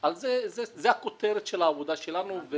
זו הכותרת של העבודה שלנו,